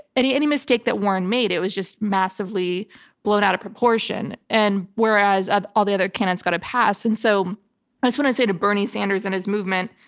any any mistake that warren made, it was just massively blown out of proportion and whereas ah all the other candidates got a pass. and so i just want to say to bernie sanders and his movement,